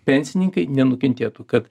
pensininkai nenukentėtų kad